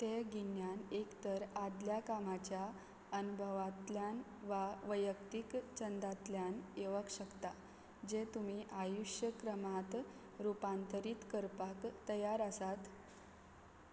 तें गिन्यान एक तर आदल्या कामाच्या अणभवांतल्यान वा व्यक्तीक छंदांतल्यान येवूंक शकता जें तुमी आयुश्य क्रमांत रुपांतरीत करपाक तयार आसात